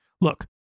Look